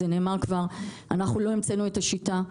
לא המצאנו את השיטה,